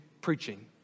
preaching